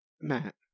Matt